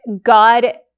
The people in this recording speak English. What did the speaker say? God